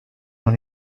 dans